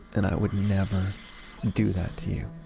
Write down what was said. and i would never do that to you